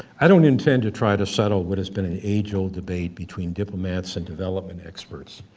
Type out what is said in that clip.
i don't intend to try to settle what has been an age-old debate between diplomats and development experts,